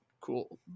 cool